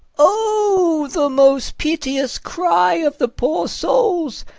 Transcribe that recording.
o, the most piteous cry of the poor souls!